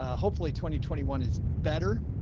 ah hopefully twenty, twenty one is better,